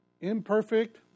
Imperfect